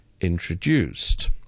introduced